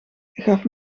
gaf